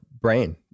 brain